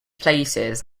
places